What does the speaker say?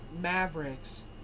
Mavericks